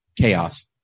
chaos